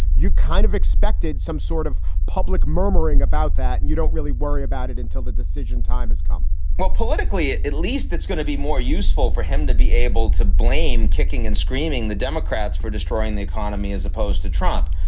you kind of expected some sort of public murmuring about that. and you don't really worry about it until the decision time has come well, politically, at least that's going to be more useful for him to be able to blame kicking and screaming the democrats for destroying the economy as opposed to trump.